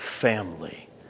family